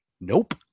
nope